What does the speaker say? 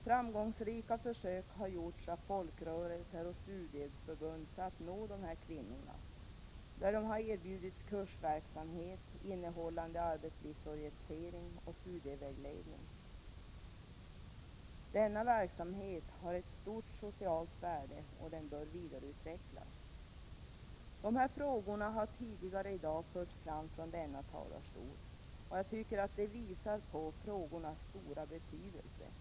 Framgångsrika försök har gjorts av folkrörelser och studieförbund för att nå dessa kvinnor. De har erbjudits kursverksamhet innehållande arbetslivsorientering och studievägledning. Denna verksamhet har stort socialt värde och bör vidareutvecklas. Dessa frågor har tidigare i dag förts fram från talarstolen. Jag tycker att det visar på deras stora betydelse.